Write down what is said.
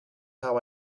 how